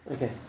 Okay